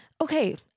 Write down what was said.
Okay